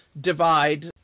divide